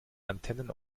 antennen